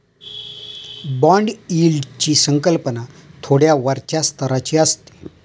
bond यील्डची संकल्पना थोड्या वरच्या स्तराची असते